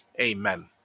amen